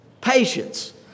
patience